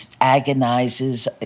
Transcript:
agonizes